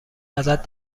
ازت